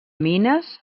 mines